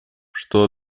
что